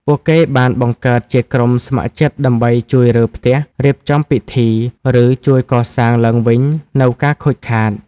ពួកគេបានបង្កើតជាក្រុមស្ម័គ្រចិត្តដើម្បីជួយរើផ្ទះ រៀបចំពិធី ឬជួយកសាងឡើងវិញនូវការខូចខាត។